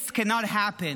This cannot happen.